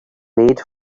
made